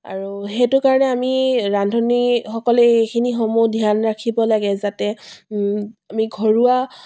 আৰু সেইটো কাৰণে আমি ৰান্ধনিসকলে এইখিনিসমূহ ধ্যান ৰাখিব লাগে যাতে আমি ঘৰুৱা